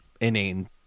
inane